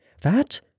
That